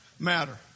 matter